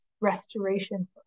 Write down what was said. restoration